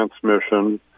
transmission